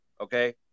Okay